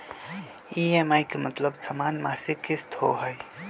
EMI के मतलब समान मासिक किस्त होहई?